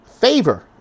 favor